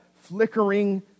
flickering